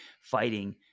fighting